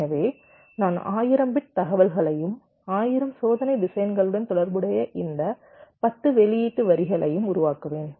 எனவே நான் 1000 பிட் தகவல்களையும் 1000 சோதனை திசையன்களுடன் தொடர்புடைய இந்த 10 வெளியீட்டு வரிகளையும் உருவாக்குவேன்